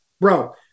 Bro